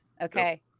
Okay